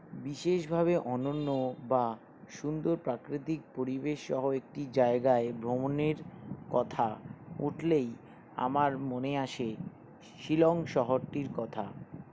বিশেষভাবে অনন্য বা সুন্দর প্রাকৃতিক পরিবেশসহ একটি জায়গায় ভ্রমণের কথা উঠলেই আমার মনে আসে শিলং শহরটির কথা